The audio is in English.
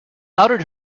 outed